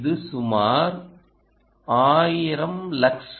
இது சுமார் 1000 லக்ஸ்